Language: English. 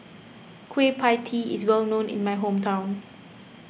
Kueh Pie Tee is well known in my hometown